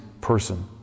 person